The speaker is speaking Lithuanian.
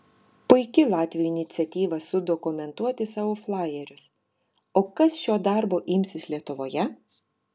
puiki latvių iniciatyva sudokumentuoti savo flajerius o kas šio darbo imsis lietuvoje